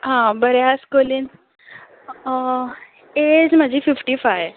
हां बरें आस्कोरील एज म्हाजी फिफ्टी फायव